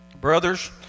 Brothers